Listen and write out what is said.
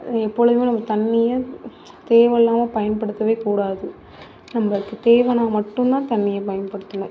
அது எப்பொழுதும் நம்ம தண்ணியை தேவை இல்லமால் பயன்படுத்த கூடாது நம்மளுக்கு தேவைனா மட்டும் தான் தண்ணியை பயன்படுத்தணும்